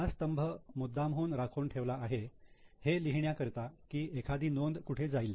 हा स्तंभ मुद्दामहून राखून ठेवला आहे हे लिहिण्या करता की एखादी नोंद कुठे जाईल